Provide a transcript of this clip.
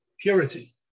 purity